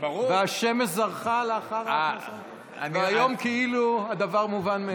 והשמש זרחה לאחר, והיום כאילו הדבר מובן מאליו.